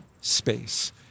space